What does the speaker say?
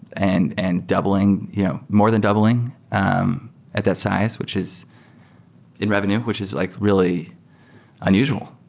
and and doubling. you know more than doubling um at that size, which is in revenue, which is like really unusual.